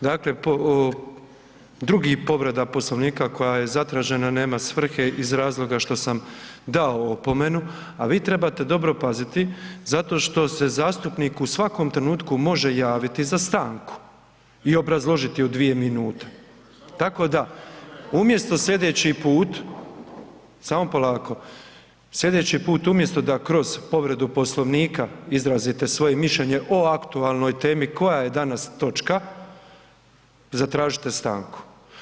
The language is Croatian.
Dakle, drugi povreda Poslovnika koja je zatražena nema svrhe iz razloga što sam dao opomenu, a vi trebate dobro paziti zato što se zastupnik u svakom trenutku može javiti za stanku i obrazložiti je u dvije minute, tako da umjesto slijedeći put, samo polako, slijedeći put umjesto da kroz povredu Poslovnika izrazite svoje mišljenje o aktualnoj temi koja je danas točka, zatražite stanku.